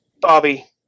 Bobby